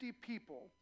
people